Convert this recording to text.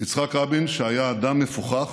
יצחק רבין, שהיה אדם מפוכח